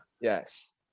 Yes